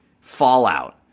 Fallout